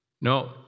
No